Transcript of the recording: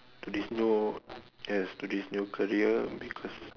to this new yes to this new career because